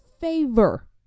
favor